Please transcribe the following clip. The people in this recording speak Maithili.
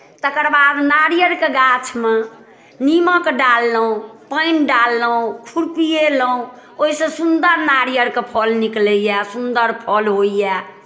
तकर बाद नारियरके गाछमे निमक डाललहुँ पानि डाललहुँ खुरपियेलहुँ ओहिसँ सुन्दर नारियरके फल निकलैए सुन्दर फल होइए